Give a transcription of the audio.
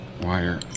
wire